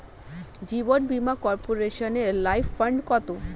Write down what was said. জীবন বীমা কর্পোরেশনের life fund কত?